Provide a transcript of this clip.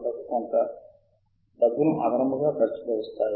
unfilled పక్కన మీకు 0 ఉంది మరియు జాబితా ఖాళీ ఉంది